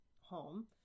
home